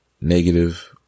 negative